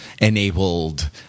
enabled